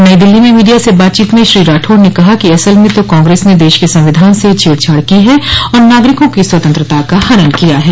नई दिल्ली में मीडिया से बातचीत में श्री राठौड़ न कहा कि असल में तो कांग्रेस ने देश के संविधान से छेड़छाड़ की है और नागरिकों की स्वतंत्रता का हनन किया है